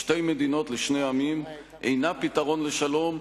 "שתי מדינות לשני עמים" אינה פתרון לשלום,